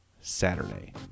Saturday